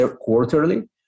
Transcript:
quarterly